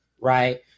right